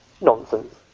Nonsense